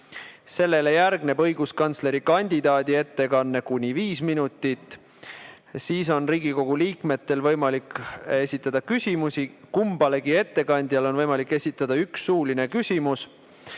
sellele järgneb õiguskantslerikandidaadi ettekanne kuni viis minutit, siis on Riigikogu liikmetel võimalik esitada küsimusi – kummalegi ettekandjale saab esitada ühe suulise küsimuse